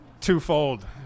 Twofold